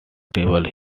table